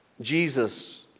Jesus